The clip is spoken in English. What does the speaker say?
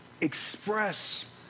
express